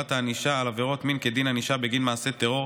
הענישה על עבירות מין כדין ענישה בגין מעשה טרור),